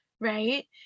Right